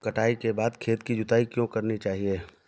कटाई के बाद खेत की जुताई क्यो करनी चाहिए?